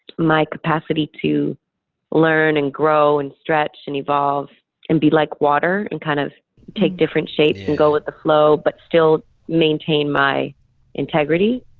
my capacity to learn and grow and stretch and evolve and be like water and kind of take different shapes and go with the flow, but still maintain my integrity,